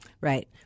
Right